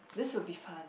this would be fun